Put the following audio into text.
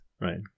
right